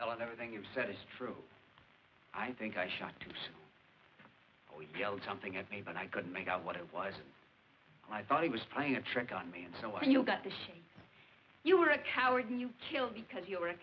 tell everything you've said is true i think i shot to build something at me but i couldn't make out what it was i thought he was playing a trick on me and so when you got to say you were a coward and you killed because you